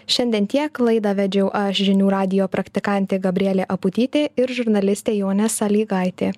šiandien tiek laidą vedžiau aš žinių radijo praktikantė gabrielė aputytė ir žurnalistė jonė salygaitė